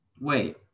Wait